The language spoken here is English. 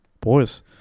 Boys